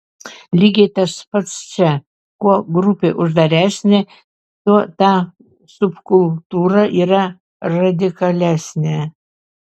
lygiai tas pats čia kuo grupė uždaresnė tuo ta subkultūra yra radikalesnė